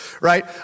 right